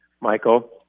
Michael